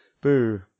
Boo